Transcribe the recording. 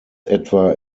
etwa